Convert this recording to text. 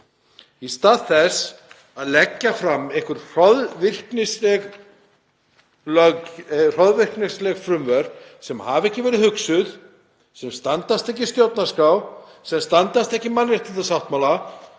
í stað þess að leggja fram einhver hroðvirknisleg frumvörp sem hafa ekki verið hugsuð, sem standast ekki stjórnarskrá, sem standast ekki mannréttindasáttmála